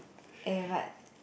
eh but